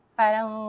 parang